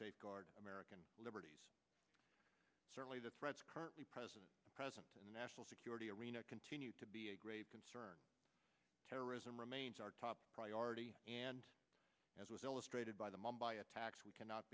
safeguard american liberties certainly the threats currently present present in the national security arena continue to be a grave concern terrorism remains our top priority and as was illustrated by the mom by attacks we cannot